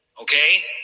Okay